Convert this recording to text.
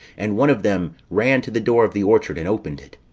and one of them ran to the door of the orchard, and opened it.